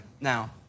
Now